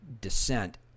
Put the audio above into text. descent